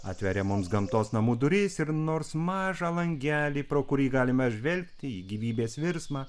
atveria mums gamtos namų duris ir nors mažą langelį pro kurį galima žvelgti į gyvybės virsmą